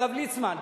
הרב ליצמן,